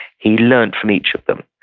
he learned from each of them.